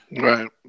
Right